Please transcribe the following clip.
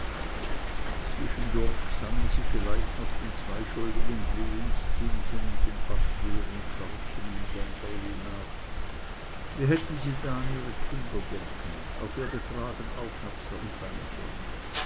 zwischendurch sannen sie vielleicht noch den zwei schuldigen lehnzinsen und dem fast leeren körbchen im genterli nach wie hätten sie da an ihre kinder denken auf ihr betragen aufmerksam sein sollen